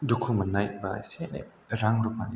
दुखु मोननाय बा एसे एनै रां रुफानि